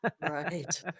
Right